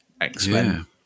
X-Men